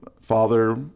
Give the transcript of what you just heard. father